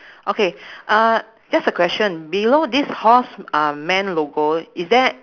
okay uh just a question below this horse um man logo is there